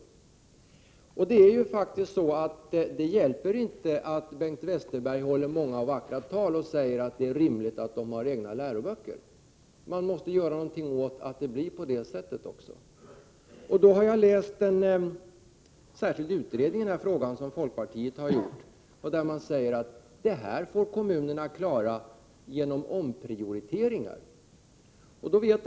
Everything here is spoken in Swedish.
Det hjälper inte att Bengt Westerberg håller många och vackra tal där han säger att det är rimligt att eleverna har egna läroböcker. Man måste ju också göra något för att så blir fallet. Jag har läst en utredning som folkpartiet har gjort i denna fråga. Där säger man att kommunerna får klara detta genom omprioriteringar.